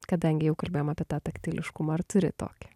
kadangi jau kalbėjom apie tą taktiliškumą ar turi tokį